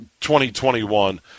2021